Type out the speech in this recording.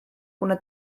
kuna